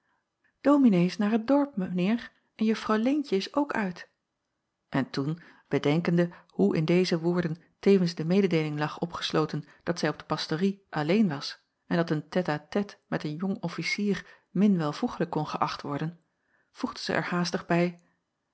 dominee is naar t dorp mijn heer en juffrouw leentje is ook uit en toen bedenkende hoe in deze woorden tevens de mededeeling lag opgesloten dat zij op de pastorie alleen was en dat een tête-à-tête met een jong officier min welvoeglijk kon geächt worden voegde zij er haastig bij